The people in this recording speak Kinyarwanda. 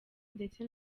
ndetse